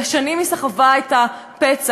ושנים היא סחבה את הפצע,